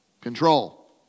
control